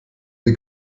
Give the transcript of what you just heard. der